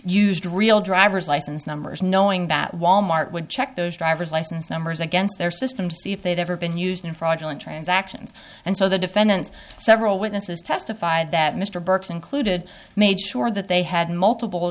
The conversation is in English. used real driver's license numbers knowing that wal mart would check those driver's license numbers against their system to see if they'd ever been used in fraudulent transactions and so the defendants several witnesses testified that mr burke's included made sure that they had multiple